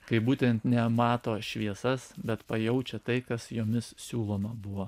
kaip būtent ne mato šviesas bet pajaučia tai kas jomis siūloma buvo